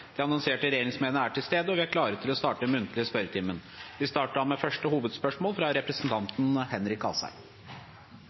De annonserte regjeringsmedlemmene er til stede, og vi er klare til å starte den muntlige spørretimen. Vi starter da med første hovedspørsmål, fra